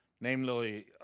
namely